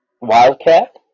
wildcat